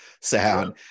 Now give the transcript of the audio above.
sound